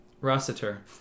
Rossiter